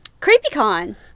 CreepyCon